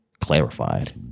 clarified